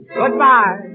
goodbye